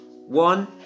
One